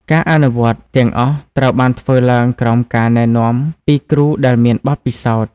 ការអនុវត្តទាំងអស់ត្រូវបានធ្វើឡើងក្រោមការណែនាំពីគ្រូដែលមានបទពិសោធន៍។